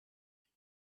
ich